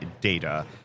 data